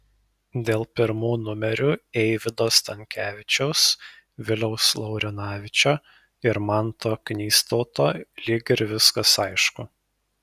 dėl pirmų numerių eivydo stankevičiaus viliaus laurinaičio ir manto knystauto lyg ir viskas aišku